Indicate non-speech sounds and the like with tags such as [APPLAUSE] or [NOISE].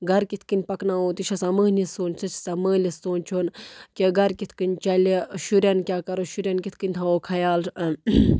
گَرٕ کِتھ کَنۍ پَکناوو تہِ چھِ آسان مٔہنوِس [UNINTELLIGIBLE] سُہ چھُ آسان مٲلِس سونٛچُن کہِ گَرٕ کِتھ کَنۍ چَلہِ شُرٮ۪ن کیٛاہ کَرو شُرٮ۪ن کِتھ کَنۍ تھاوو خیال